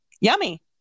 Yummy